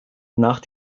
nach